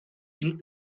been